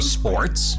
sports